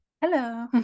Hello